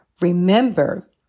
Remember